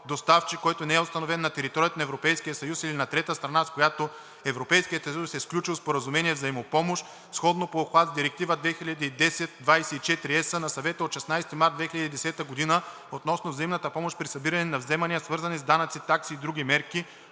„Доставчик, който не е установен на територията на Европейския съюз или на трета страна, с която Европейският съюз е сключил споразумение за взаимопомощ, сходно по обхват с Директива 2010/24/ЕС на Съвета от 16 март 2010 г. относно взаимната помощ при събиране на вземания, свързани с данъци, такси и други мерки